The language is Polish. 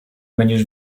będziesz